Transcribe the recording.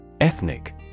Ethnic